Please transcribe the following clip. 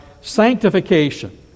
sanctification